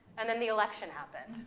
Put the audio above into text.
and then the election happened,